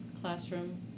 classroom